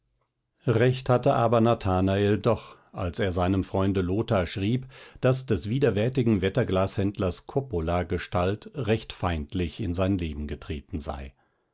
recht hatte aber nathanael doch als er seinem freunde lothar schrieb daß des widerwärtigen wetterglashändlers coppola gestalt recht feindlich in sein leben getreten sei